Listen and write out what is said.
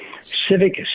civic